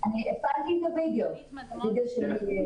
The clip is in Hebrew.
אלינו, בדצמבר 18, זה יורד.